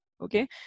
okay